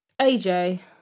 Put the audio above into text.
AJ